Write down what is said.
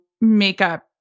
makeup